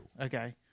Okay